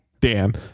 dan